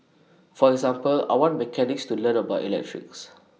for example I want mechanics to learn about electrics